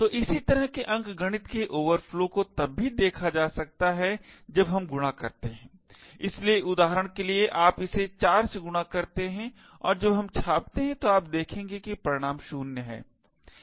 तो इसी तरह के अंकगणित के ओवरफ्लो को तब भी देखा जा सकता है जब हम गुणा करते हैं इसलिए उदाहरण के लिए आप इसे 4 से गुणा करते हैं और जब हम छापते हैं तो आप देखेंगे कि परिणाम 0 है